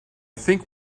think